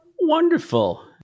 Wonderful